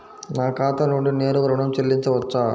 నా ఖాతా నుండి నేరుగా ఋణం చెల్లించవచ్చా?